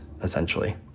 essentially